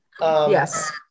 Yes